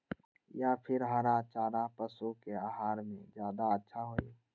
या फिर हरा चारा पशु के आहार में ज्यादा अच्छा होई?